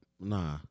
Nah